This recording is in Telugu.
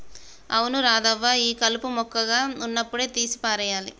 అవును రాధవ్వ ఈ కలుపు మొక్కగా ఉన్నప్పుడే తీసి పారేయాలి